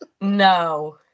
no